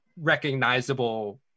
recognizable